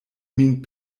min